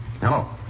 Hello